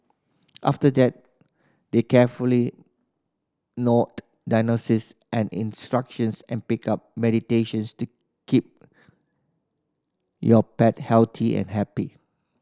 after that they carefully note diagnoses and instructions and pick up to keep your pet healthy and happy